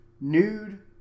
Nude